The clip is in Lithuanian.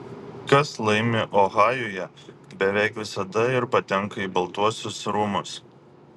kas laimi ohajuje beveik visada ir patenka į baltuosius rūmus